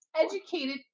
Educated